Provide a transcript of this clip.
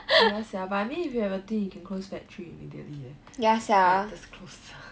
ya sia but I mean if you have a twin you can close factory immediately leh like just close